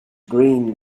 green